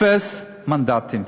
אפס מנדטים.